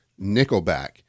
Nickelback